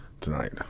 tonight